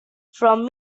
from